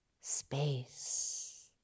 space